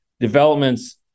Developments